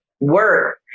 work